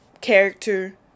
character